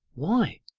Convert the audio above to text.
why?